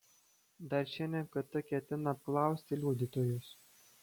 dar šiandien kt ketina apklausti liudytojus